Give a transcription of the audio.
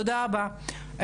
תודה רבה.